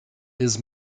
his